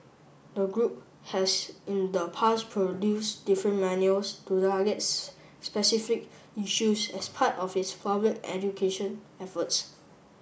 the group has in the past produce different manuals to targets specific issues as part of its public education efforts